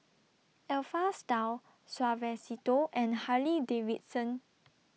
Alpha Style Suavecito and Harley Davidson